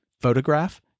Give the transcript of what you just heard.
Photograph